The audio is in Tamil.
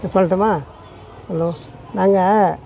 சொல்லட்டுமா ஹலோ நாங்கள்